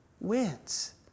wins